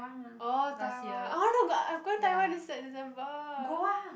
orh Taiwan I want to go I'm going Taiwan this like December